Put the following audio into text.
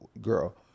girl